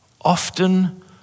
often